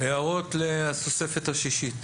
הערות לתוספת השישית.